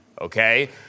okay